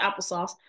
applesauce